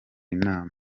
inama